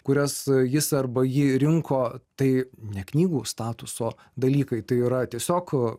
kurias jis arba ji rinko tai ne knygų statuso dalykai tai yra tiesiog